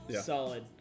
Solid